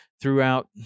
throughout